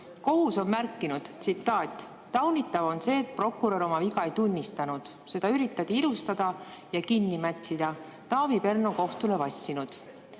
Kohus on märkinud, tsiteerin: "Taunitav on see, et prokurör oma viga ei tunnistanud. Seda üritati ilustada ja kinni mätsida. Taavi Pern on kohtule vassinud."